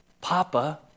Papa